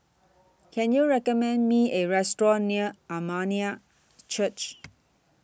Can YOU recommend Me A Restaurant near Armenian Church